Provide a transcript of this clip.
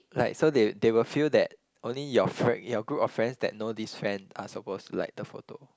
like so they they will feel that only your frie~ your group of friends that know this friend are supposed to like the photo